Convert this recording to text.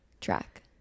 track